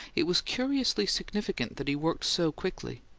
it was curiously significant that he worked so quickly.